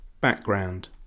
Background